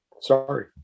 sorry